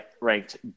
ranked